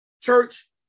Church